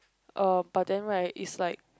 uh but then right is like